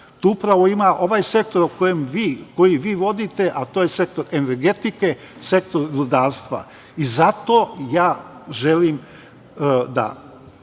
tu upravo ima ovaj sektor koji vi vodite, a to je sektor energetike, sektor rudarstva i zato želim da